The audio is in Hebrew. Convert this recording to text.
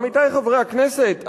עמיתי חברי הכנסת,